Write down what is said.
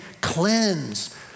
cleanse